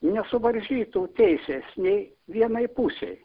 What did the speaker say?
nesuvaržytų teisės nei vienai pusei